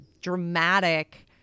dramatic